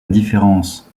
différence